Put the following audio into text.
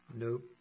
Nope